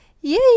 Yay